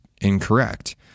incorrect